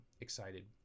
excited